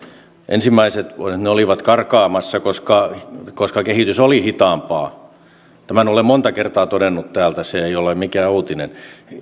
ensimmäiset olivat karkaamassa koska koska kehitys oli hitaampaa tämän olen monta kertaa todennut täältä se ei ole mikään uutinen